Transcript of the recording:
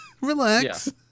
Relax